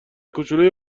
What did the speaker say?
کوچولوی